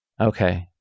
Okay